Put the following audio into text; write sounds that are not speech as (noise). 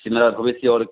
(unintelligible) भविष्य और